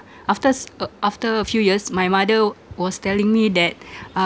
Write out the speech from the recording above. after s~ uh after a few years my mother was telling me that uh